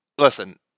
listen